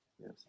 Yes